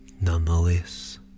nonetheless